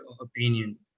opinion